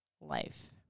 life